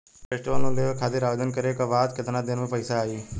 Festival loan लेवे खातिर आवेदन करे क बाद केतना दिन म पइसा आई?